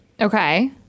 Okay